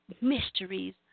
mysteries